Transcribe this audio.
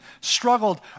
struggled